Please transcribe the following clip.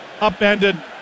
upended